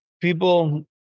People